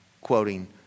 Quoting